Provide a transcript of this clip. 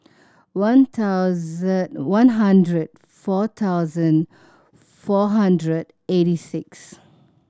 one thousand one hundred four thousand four hundred eighty six